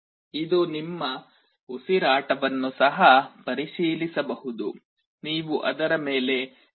ಇದು ನಿಮ್ಮ ಉಸಿರಾಟವನ್ನು ಸಹ ಪರಿಶೀಲಿಸಬಹುದು ನೀವು ಅದರ ಮೇಲೆ ಉಸಿರನ್ನು ಬಿಡಬಹುದು